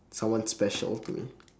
someone special to me